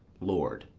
lord.